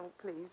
please